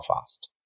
fast